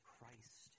Christ